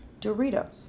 Doritos